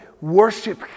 worship